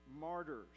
martyrs